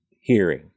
hearing